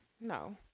no